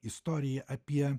istoriją apie